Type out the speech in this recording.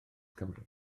cymru